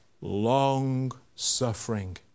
long-suffering